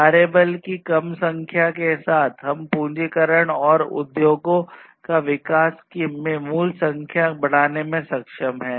कार्यबल की कम संख्या के साथ हम पूंजीकरण और उद्योगों का विकास के मूल्य की संख्या बढ़ाने में सक्षम हैं